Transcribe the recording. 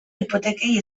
hipotekei